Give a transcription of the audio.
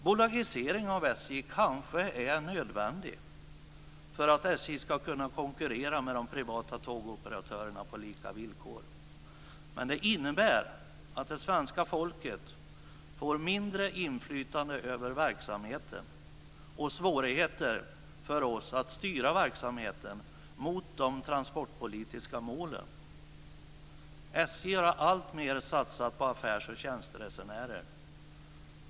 Bolagisering av SJ kanske är nödvändig för att SJ ska kunna konkurrera med de privata tågoperatörerna på lika villkor. Men det innebär att svenska folket får mindre inflytande över verksamheten och svårigheter för oss att styra verksamheten mot de transportpolitiska målen. SJ har alltmer satsat på affärs och tjänsteresenärer.